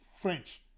French